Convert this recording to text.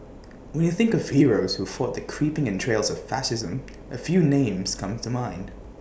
when you think of heroes who fought the creeping entrails of fascism A few names come to mind